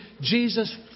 Jesus